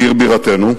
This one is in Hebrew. בעיר בירתנו,